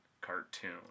cartoon